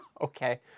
okay